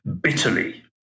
bitterly